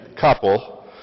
couple